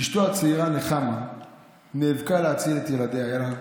אשתו הצעירה נחמה נאבקה להציל את ילדיה,